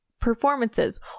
performances